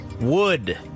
wood